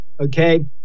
Okay